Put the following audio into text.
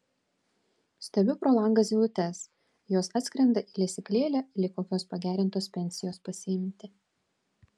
stebiu pro langą zylutes jos atskrenda į lesyklėlę lyg kokios pagerintos pensijos pasiimti